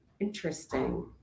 Interesting